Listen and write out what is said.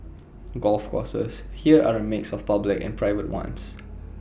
golf courses here are A mix of public and private ones